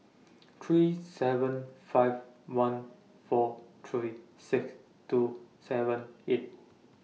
three seven five one four three six two seven eight